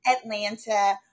Atlanta